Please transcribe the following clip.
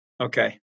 Okay